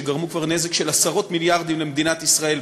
שגרמו כבר נזק של עשרות מיליארדים למדינת ישראל,